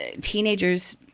teenagers